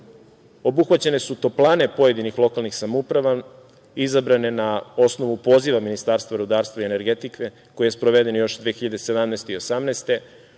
obuhvaćene su toplane pojedinih lokalnih samouprava, izabrane na osnovu poziva Ministarstva rudarstva i energetike koji je sproveden još 2017. godine